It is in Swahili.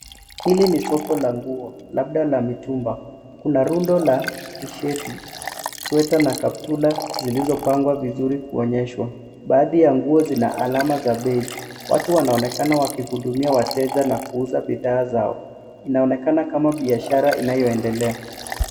Hili ni soko la nguo, labda la mitumba. Kuna rundo la T shati, sweta na kaptula, zilizopangwa vizuri kuonyeshwa. Baadhi ya nguo zina alama za bei, watu wanaonekana wakihudumia wateja na kuuza bidhaa zao. Inaonekana kama biashara inayoendelea.